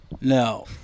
No